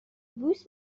بوس